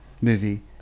movie